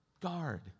guard